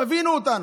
תבינו אותנו,